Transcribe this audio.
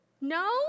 No